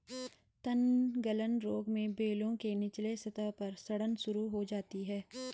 तनगलन रोग में बेलों के निचले सतह पर सड़न शुरू हो जाती है